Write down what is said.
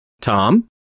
Tom